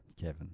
Kevin